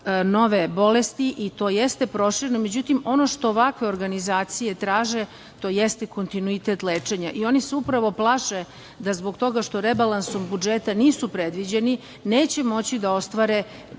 nove bolesti i to jeste prošireno, međutim ono što ovakve organizacije traže to jeste kontinuitet lečenja. Oni se upravo plaše da zbog toga što rebalansom budžeta nisu predviđeni neće moći da ostvare